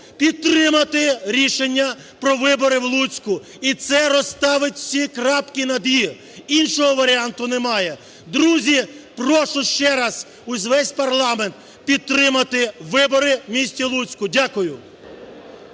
підтримати рішення про вибори в Луцьку, і це розставить всі крапки над "і", іншого варіанту немає. Друзі, прошу ще раз увесь парламент підтримати вибори в місті Луцьку. Дякую.